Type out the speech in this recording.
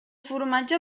formatge